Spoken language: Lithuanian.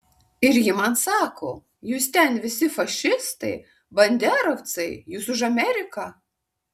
ir ji man sako jūs ten visi fašistai banderovcai jūs už ameriką